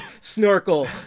snorkel